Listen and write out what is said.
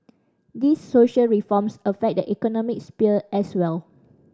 these social reforms affect the economic sphere as well